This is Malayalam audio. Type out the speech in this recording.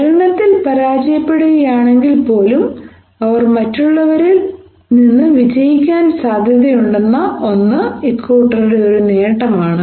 ഒരെണ്ണത്തിൽ പരാജയപ്പെടുകയാണെങ്കിൽപ്പോലും അവർ മറ്റുള്ളവരിൽ വിജയിക്കാൻ സാധ്യതയുണ്ടെന്ന ഒന്ന് ഇക്കൂട്ടരുടെ ഒരു നേട്ടമാണ്